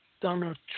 Donald